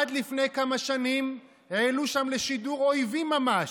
עד לפני כמה שנים העלו שם לשידור אויבים ממש,